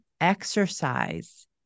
exercise